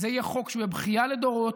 זה חוק שיהיה בכייה לדורות,